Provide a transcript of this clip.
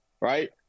right